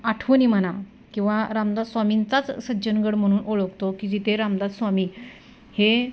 आठवणी म्हणा किंवा रामदास स्वामींचाच सज्जनगड म्हणून ओळखतो की जिथे रामदास स्वामी हे